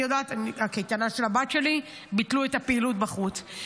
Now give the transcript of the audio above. אני יודעת שהקייטנה של הבת שלי ביטלו את הפעילות בחוץ.